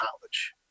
college